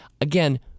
Again